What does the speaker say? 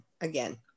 again